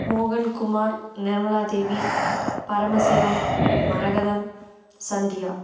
Mohankumar Nirmaladevi Paramasivam Maragatham Sandhya